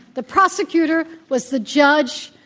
the prosecutor was the judge,